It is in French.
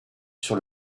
sur